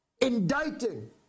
indicting